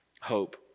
hope